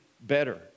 better